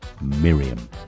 Miriam